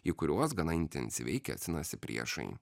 į kuriuos gana intensyviai kėsinasi priešai